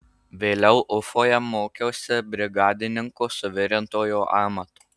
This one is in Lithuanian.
vėliau ufoje mokiausi brigadininko suvirintojo amato